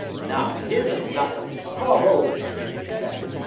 now here's a snack that is far older than you'd expect.